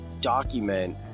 document